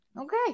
okay